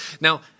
Now